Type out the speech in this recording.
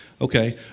okay